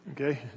okay